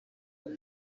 baba